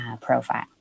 profile